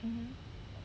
mmhmm